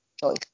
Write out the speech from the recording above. choice